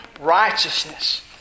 righteousness